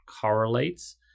correlates